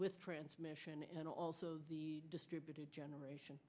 with transmission and also distributed generation